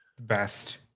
Best